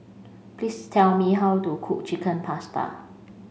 please tell me how to cook Chicken Pasta